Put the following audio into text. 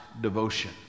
devotion